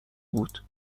بود